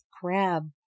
crab